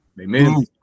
Amen